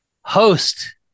host